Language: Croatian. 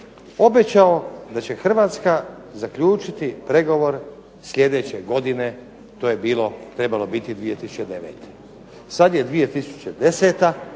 obećao da će Hrvatska zaključiti pregovor sljedeće godine. To je trebalo biti 2009. Sada je 2010.